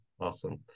Awesome